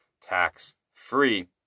tax-free